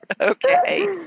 Okay